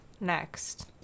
Next